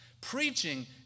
preaching